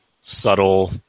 subtle